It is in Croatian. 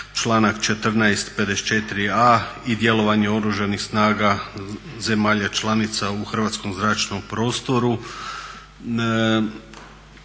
članak 14., 54a. i djelovanje Oružanih snaga zemalja članica u hrvatskom zračnom prostoru.